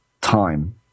time